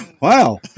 wow